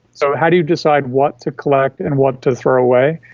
so how do you decide what to collect and what to throw away?